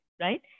right